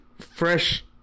Fresh